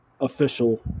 official